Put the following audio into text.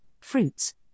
fruits